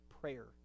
prayer